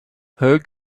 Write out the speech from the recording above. her